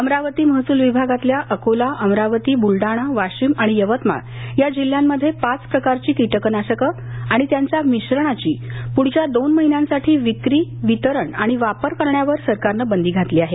अमरावती महसल विभागातल्या अकोला अमरावती बूलडाणा वाशिम आणि यवतमाळ या जिल्ह्यांमध्ये पाच प्रकारची कीटकनाशकं आणि त्यांच्या मिश्रणाची पुढच्या दोन महिन्यांसाठी विक्री वितरण आणि वापर करण्यासाठी सरकारनं बंदी घातली आहे